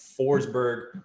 Forsberg